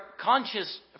conscious